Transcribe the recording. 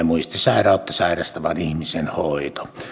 muistisairautta sairastavan ihmisen hoito